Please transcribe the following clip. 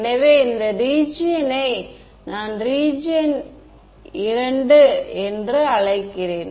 எனவே இந்த ரீஜியன் யை நான் ரீஜியன் II என்று அழைக்கின்றேன்